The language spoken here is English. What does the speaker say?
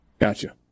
Gotcha